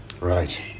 Right